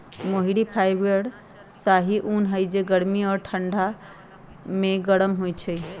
मोहिर fibre शाहि उन हइ के गर्मी में ठण्डा आऽ ठण्डा में गरम होइ छइ